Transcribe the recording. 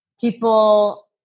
People